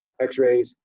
x-rays,